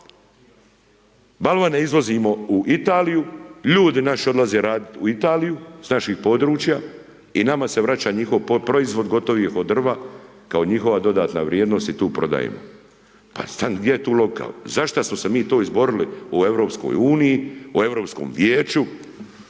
balvane izvozimo u Italiju, ljudi naši odlaze radit u Italiju, s naših područja i nama se vraća njihov proizvod gotovi od drva kao njihova dodatna vrijednost, i tu prodajemo. Pa stanite, gdje je tu logika? Zašta smo se mi to izborili u Europskoj uniji u Europskom vijeću,